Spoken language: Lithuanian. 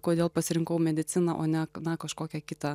kodėl pasirinkau mediciną o ne na kažkokią kitą